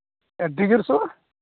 ᱟᱹᱰᱤ ᱡᱳᱨ ᱥᱚᱣᱟ